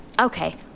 Okay